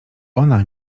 ona